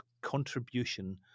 contribution